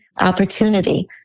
opportunity